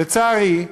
לצערי,